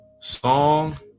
song